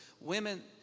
women